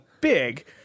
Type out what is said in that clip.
big